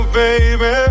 baby